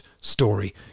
story